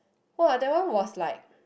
!wah! that one was like